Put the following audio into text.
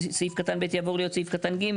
סעיף קטן (ב) יעבור להיות סעיף קטן (ג),